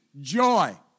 joy